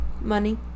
Money